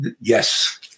yes